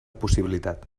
possibilitat